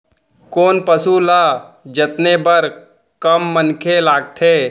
कोन पसु ल जतने बर कम मनखे लागथे?